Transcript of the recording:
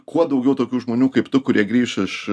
kuo daugiau tokių žmonių kaip tu kurie grįš iš